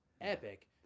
epic